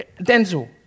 Denzel